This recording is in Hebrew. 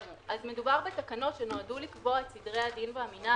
מדובר בתקנות שנועדו לקבוע את סדרי הדין והמינהל